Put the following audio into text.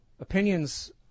opinions